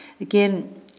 Again